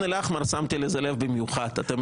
שמתי לב לזה במיוחד בח'אן אל-אחמר.